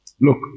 Look